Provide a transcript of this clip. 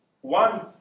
one